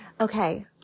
Okay